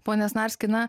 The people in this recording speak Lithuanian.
pone snarski na